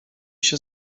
się